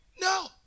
No